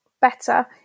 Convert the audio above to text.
better